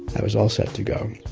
i was all set to go.